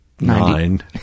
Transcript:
nine